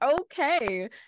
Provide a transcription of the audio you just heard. okay